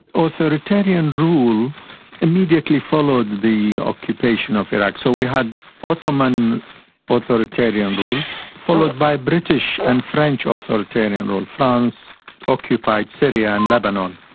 ah authoritarian rule immediately followed the occupation of iraq. so we had ottoman authoritarian rule followed by british and french authoritarian rule. france occupied syria and lebanon.